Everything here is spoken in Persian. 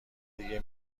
دیگه